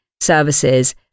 services